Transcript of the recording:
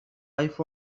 life